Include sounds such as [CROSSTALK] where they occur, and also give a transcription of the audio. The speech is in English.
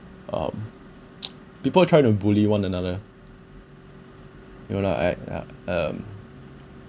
um [NOISE] people try to bully one another you know like ya um